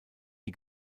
die